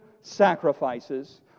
sacrifices